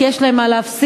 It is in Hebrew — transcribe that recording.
כי יש להן מה להפסיד,